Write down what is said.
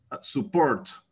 support